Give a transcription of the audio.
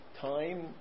time